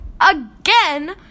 again